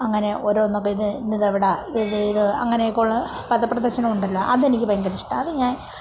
അങ്ങനെ ഓരോന്നൊക്കെ ഇത് ഇന്നത് എവിടെയാണ് ഇത് ഇത് അങ്ങനൊക്കെ ഉള്ള പദ പ്രശ്നം ഉണ്ടല്ലോ അതെനിക്ക് ഭയങ്കര ഇഷ്ടമാണ് അത് ഞാൻ